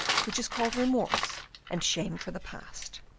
which is called remorse and shame for the past.